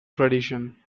tradition